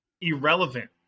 Irrelevant